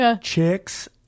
chicks